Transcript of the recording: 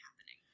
happening